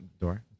Door